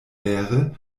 wäre